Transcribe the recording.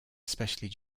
especially